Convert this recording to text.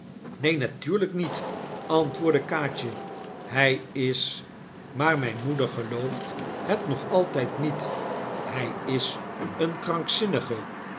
neen natuurlijk niet antwoordde kaatje hij is maar mijn mpeder gelooft het nog altijd niet hij is een krankzinnige